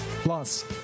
Plus